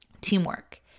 Teamwork